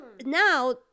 Now